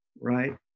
right